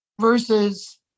versus